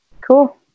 Cool